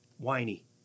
whiny